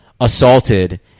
assaulted